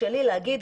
להגיד: